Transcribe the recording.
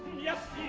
yes,